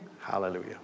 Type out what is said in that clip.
Hallelujah